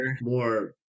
more